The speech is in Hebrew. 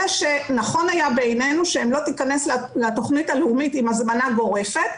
אלא שנכון היה בעינינו שהן לא תיכנסנה לתכנית הלאומית עם הזמנה גורפת,